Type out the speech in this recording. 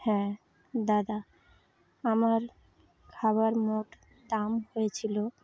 হ্যাঁ দাদা আমার খাবার মোট দাম হয়েছিলো